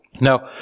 Now